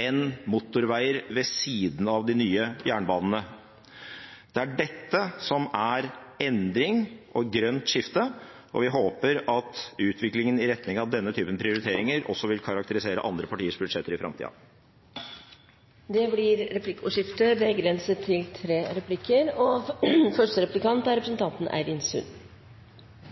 enn motorveier ved siden av de nye jernbanene. Det er dette som er endring og et grønt skifte, og vi håper at utviklingen i retning av denne typen prioriteringer også vil karakterisere andre partiers budsjetter i framtida. Det blir replikkordskifte. Representanten Rasmus Hansson og Miljøpartiet De Grønne har et stort, godt og